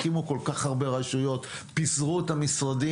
הקימו כול כך הרבה רשויות, פיזרו את המשרדים.